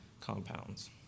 compounds